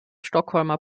stockholmer